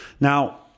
Now